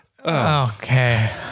okay